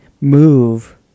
move